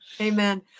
Amen